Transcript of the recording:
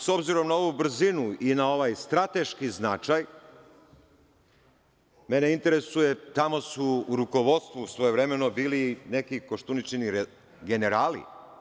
S obzirom na ovu brzinu i na ovaj strateški značaj mene interesuje tamo su u rukovodstvu, svojevremeno, bili neki Koštuničini generali.